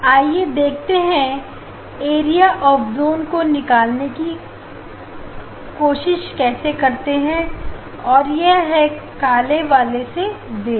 आइए देखते हैं एरिया ऑफ जून को निकालने की कोशिश करते हैं यह है काले वाले से वेव